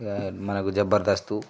మనకు జబర్దస్తు